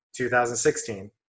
2016